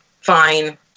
fine